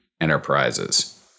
enterprises